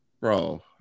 Bro